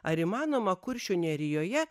ar įmanoma kuršių nerijoje